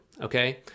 okay